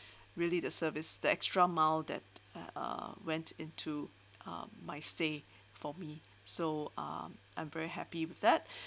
really the service the extra mile that err uh went into uh my stay for me so um I'm very happy with that